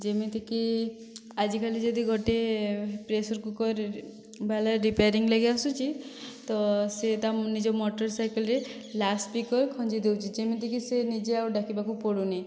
ଯେମିତି କି ଆଜିକାଲି ଯଦି ଗୋଟିଏ ପ୍ରେସର୍ କୁକର୍ରେ ବାଲା ରେପଆରିଂ ଲାଗି ଆସୁଛି ତ ସେ ତା ନିଜ ମୋଟର ସାଇକେଲରେ ଲାଉଡ଼୍ସ୍ପିକର୍ ଖଞ୍ଜି ଦେଉଛି ଯେମିତି କି ସେ ନିଜେ ଆଉ ଡାକିବାକୁ ପଡ଼ୁନି